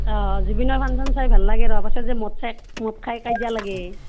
অঁ জুবিনৰ ফাংচন চাই ভাল লাগে ৰ পাছত যে মদ খাই মদ খাই কাজিয়া লাগে